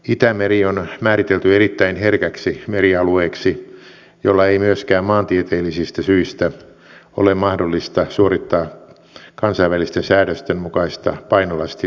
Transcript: itämeri on määritelty erittäin herkäksi merialueeksi jolla ei myöskään maantieteellisistä syistä ole mahdollista suorittaa kansainvälisten säädösten mukaista painolastiveden vaihtoa